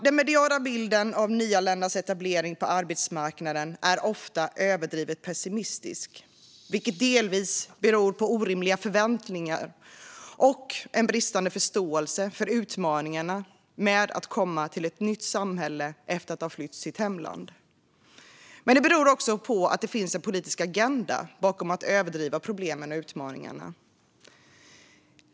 Den mediala bilden av nyanländas etablering på arbetsmarknaden är ofta överdrivet pessimistisk, vilket delvis beror på orimliga förväntningar och en bristande förståelse för utmaningarna med att komma till ett nytt samhälle efter att ha flytt sitt hemland. Men det beror också på att det finns en politisk agenda bakom att överdriva problemen och utmaningarna.